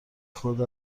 خورده